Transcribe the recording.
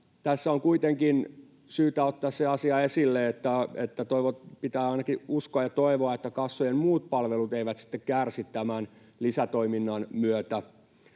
Tässä on kuitenkin syytä ottaa esille se asia, että pitää ainakin uskoa ja toivoa, että kassojen muut palvelut eivät sitten kärsi tämän lisätoiminnan myötä.